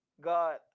God